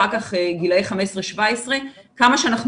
אחר כך גילאי 15 עד 17. כמה שאנחנו